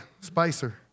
Spicer